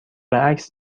عکس